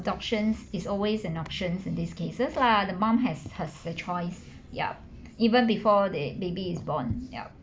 the options it's always an options in these cases lah the mom has has a choice yup even before the baby is born yup